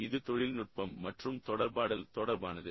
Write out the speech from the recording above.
இது தொழில்நுட்பம் மற்றும் தொடர்பாடல் தொடர்பானது